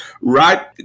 Right